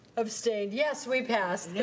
abstained? yes. we passed. yeah